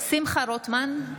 שמחה רוטמן,